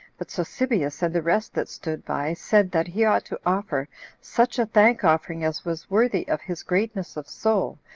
but sosibius, and the rest that stood by, said that he ought to offer such a thank-offering as was worthy of his greatness of soul,